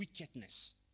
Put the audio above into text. wickedness